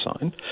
signed